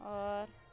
आओर